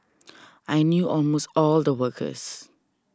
I knew almost all the workers